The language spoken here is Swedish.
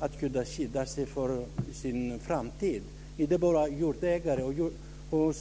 att kunna skydda sig för framtiden, inte bara för en jordägare.